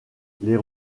les